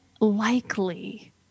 likely